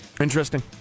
Interesting